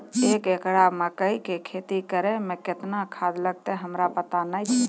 एक एकरऽ मकई के खेती करै मे केतना खाद लागतै हमरा पता नैय छै?